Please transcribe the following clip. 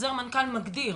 חוזר מנכ"ל מגדיר